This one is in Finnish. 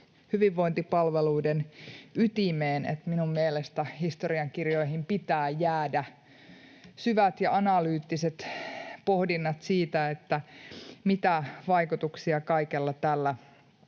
hyvinvointipalveluidemme ytimeen, että minun mielestäni historiankirjoihin pitää jäädä syvät ja analyyttiset pohdinnat siitä, mitä vaikutuksia kaikella tällä